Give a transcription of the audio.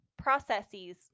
processes